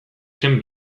zen